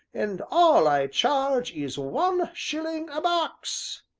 and all i charge is one shilling a box.